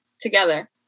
together